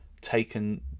taken